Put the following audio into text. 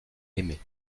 aimées